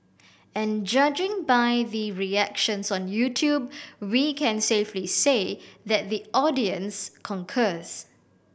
and judging by the reactions on YouTube we can safely say that the audience concurs